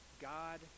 god